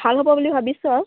ভাল হ'ব বুলি ভাবিছোঁ আৰু